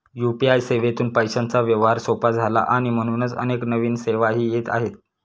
UPI सेवेतून पैशांचा व्यवहार सोपा झाला आणि म्हणूनच अनेक नवीन सेवाही येत आहेत